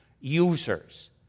users